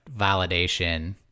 validation